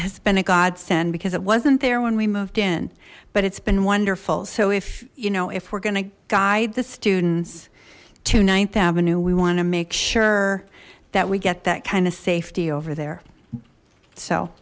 has been a godsend because it wasn't there when we moved in but it's been wonderful so if you know if we're gonna guide the students to ninth avenue we want to make sure that we get that kind of safety over there so